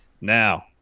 Now